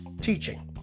teaching